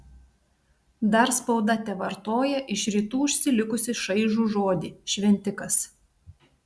dar spauda tevartoja iš rytų užsilikusį šaižų žodį šventikas